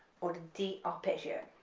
or the d arpeggio,